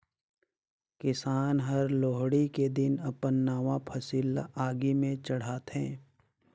किसान हर लोहड़ी के दिन अपन नावा फसिल ल आगि में चढ़ाथें